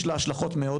יש לה השלכות מאוד